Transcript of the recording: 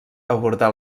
abordar